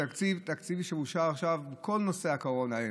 התקציב שאושר עכשיו בכל נושא הקורונה,